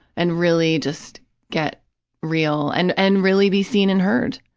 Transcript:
and really just get real, and and really be seen and heard,